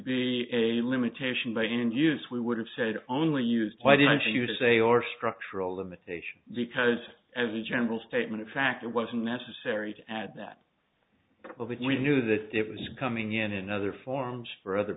be a limitation by end use we would have said only use why didn't you say or structural limitation because as a general statement of fact it was unnecessary to add that we knew that it was coming in and other forms for other